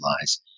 lies